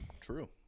True